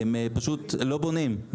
פשוט לא בונים.